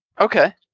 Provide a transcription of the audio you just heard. Okay